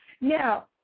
Now